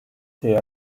they